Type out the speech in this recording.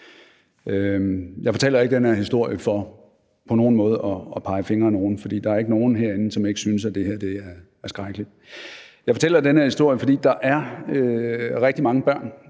Jeg fortæller ikke den historie for på nogen måde at pege fingre ad nogen, for der er ikke nogen herinde, som ikke syntes, at det her er skrækkeligt. Jeg fortæller den her historie, fordi der er rigtig mange børn